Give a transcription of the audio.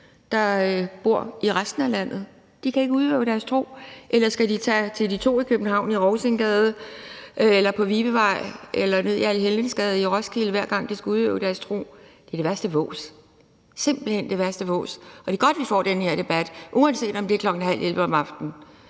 der bor i resten af landet? De kan ikke udøve deres tro, eller skal de tage til de to i København, i Rovsingsgade eller på Vibevej, eller ned i Allehelgensgade i Roskilde, hver gang de skal udøve deres tro? Det er det værste vås, simpelt hen det værste vås, og det er godt, vi får den her debat, uanset om det er kl. 22.30, for der